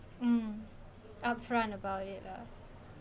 mm upfront about it lah